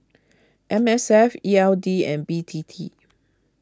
M S F E L D and B T T